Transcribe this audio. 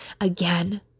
again